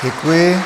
Děkuji.